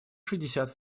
шестьдесят